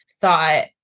thought